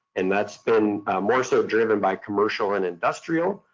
and that's been more so driven by commercial and industrial,